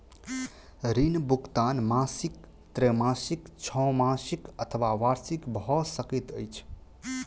ऋण भुगतान मासिक त्रैमासिक, छौमासिक अथवा वार्षिक भ सकैत अछि